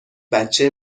بچه